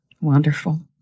Wonderful